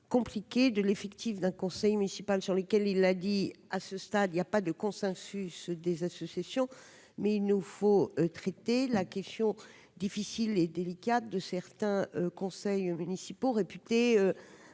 compliquée de l'effectif d'un conseil municipal sur lequel il a dit à ce stade, il n'y a pas de consensus des associations mais il nous faut traiter la question difficile et délicate de certains conseils aux municipaux réputé